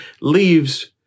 leaves